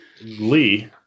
Lee